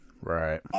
Right